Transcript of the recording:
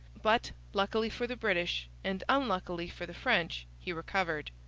but, luckily for the british and unluckily for the french, he recovered.